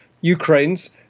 Ukraine's